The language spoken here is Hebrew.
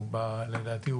לדעתי,